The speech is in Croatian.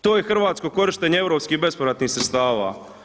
To je hrvatsko korištenje europskih bespovratnih sredstava.